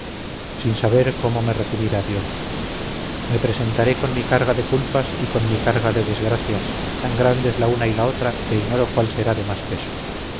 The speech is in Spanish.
sin saber cómo me recibirá dios me presentaré con mi carga de culpas y con mi carga de desgracias tan grandes la una y la otra que ignoro cuál será de más peso